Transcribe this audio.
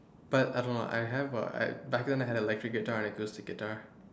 but I don't know I have got an electric guitar and an acoustic guitar